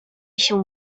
się